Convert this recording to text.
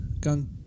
Gun